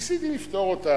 ניסיתי לפתור אותה